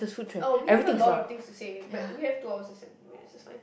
oh we have a lot of things to say but we have two hours and seventeen minutes so it's fine